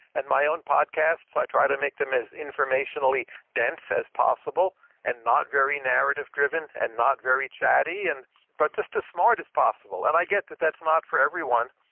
and my own podcasts, i try to make them as informationally-dense as possible and not very narrative driven and not very chatty, and but just as smart as possible. and i get that that's not for everyone,